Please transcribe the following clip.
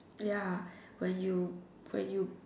ya when you when you